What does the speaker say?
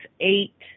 eight